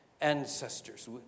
ancestors